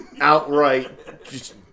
outright